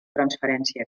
transferència